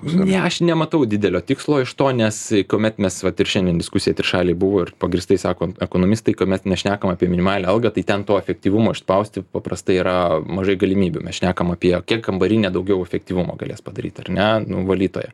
ne aš nematau didelio tikslo iš to nes kuomet mes vat ir šiandien diskusijoj trišalėj buvo ir pagrįstai sako ekonomistai kuomet mes šnekam apie minimalią algą tai ten to efektyvumo išspausti paprastai yra mažai galimybių mes šnekam apie kiek kambarinė daugiau efektyvumo galės padaryt ar ne nu valytoja